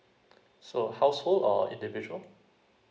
so household or individual